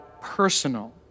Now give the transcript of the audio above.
personal